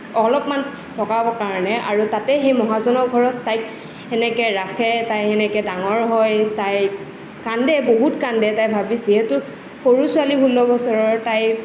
অলপমান কাৰণে আৰু তাতে সেই মহাজনৰ ঘৰত তাইক সেনেকৈ ৰাখে তাই সেনেকৈ ডাঙৰ হয় তাই কান্দে বহুত কান্দে তাই ভাবি যিহেতু সৰু ছোৱালী ষোল্ল বছৰৰ তাই